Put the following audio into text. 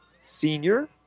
senior